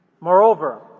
Moreover